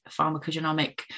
pharmacogenomic